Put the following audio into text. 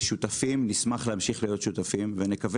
אנחנו שותפים ונשמח להמשיך להיות שותפים ונקווה